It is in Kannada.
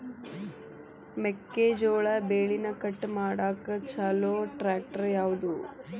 ಮೆಕ್ಕೆ ಜೋಳ ಬೆಳಿನ ಕಟ್ ಮಾಡಾಕ್ ಛಲೋ ಟ್ರ್ಯಾಕ್ಟರ್ ಯಾವ್ದು?